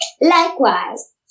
Likewise